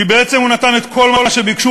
כי בעצם הוא נתן את כל מה שביקשו,